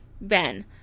Ben